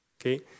okay